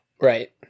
Right